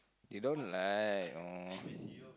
you don't like oh